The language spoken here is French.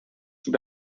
sous